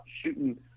shooting